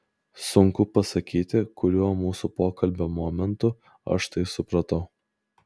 sunku pasakyti kuriuo mūsų pokalbio momentu aš tai supratau